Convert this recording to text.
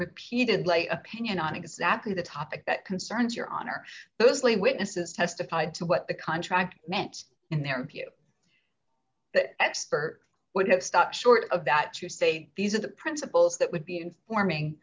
repeatedly opinion on exactly the topic that concerns your honor those late witnesses testified to what the contract meant in their view that expert would have stopped short of that you say these are the principles that would be informing